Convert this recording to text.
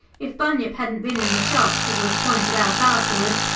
if bunyip hadn't been in the shop, as was pointed out afterwards,